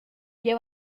jeu